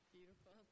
Beautiful